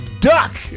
duck